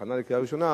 בהכנה לקריאה ראשונה,